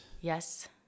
Yes